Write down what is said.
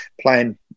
playing